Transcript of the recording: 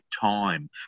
time